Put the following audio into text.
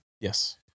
yes